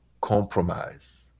compromise